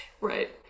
Right